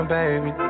baby